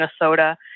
Minnesota